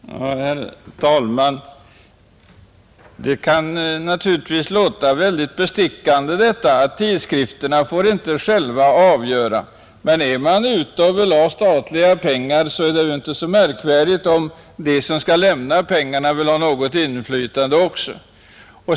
Herr talman! Det kan naturligtvis låta bestickande att tidskrifterna inte själva får avgöra. Men är man ute och vill ha statliga pengar är det inte så märkvärdigt om de som skall lämna pengarna vill ha något inflytande också.